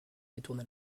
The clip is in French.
détourna